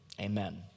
amen